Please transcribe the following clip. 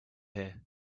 here